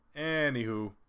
Anywho